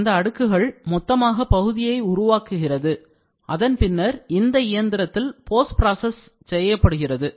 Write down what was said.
அந்த அடுக்குகள் மொத்தமாக பகுதியை உருவாக்குகிறது அதன் பின்னர் இந்த இயந்திரத்தில் post process செய்யப்படுகிறது